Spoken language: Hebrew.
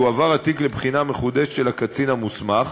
יועבר התיק לבחינה מחודשת של הקצין המוסמך.